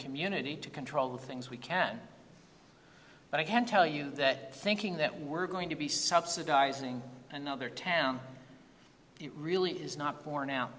community to control the things we can but i can't tell you that thinking that we're going to be subsidizing another town it really is not bor